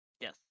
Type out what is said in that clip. Yes